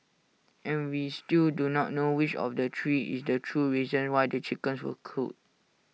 and we still do not know which of the three is the true reason why the chickens were culled